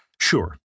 sure